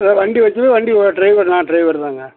இது வண்டி வெச் வண்டி டிரைவர் நான் டிரைவர்தாங்க